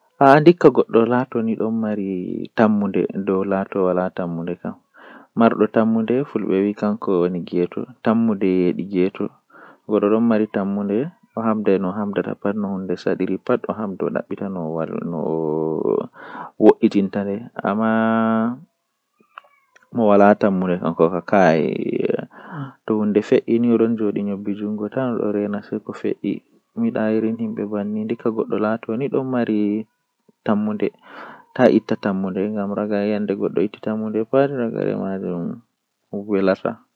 Taalel taalel jannata booyel, Woodi bambaado feere odon joodi haa saare maako saare maako haa kombi ladde nyende odo joodi sei onani gimol feere beldum don wurta egaa ladde man ovi kai gimol do weli am hami yaha mi laara moijo on fuufata gimol algaita do, Nde o yahi sei olaari bingel feere ni bongel, Be joodi be yewti egaa bawo be bangi be danyi bikkon mbotkon.